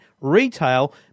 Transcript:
retail